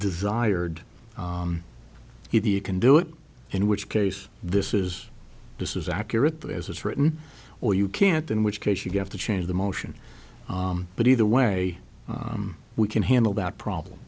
desired he can do it in which case this is this is accurate as it's written or you can't in which case you have to change the motion but either way we can handle that problem